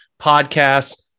podcasts